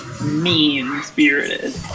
mean-spirited